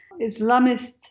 Islamist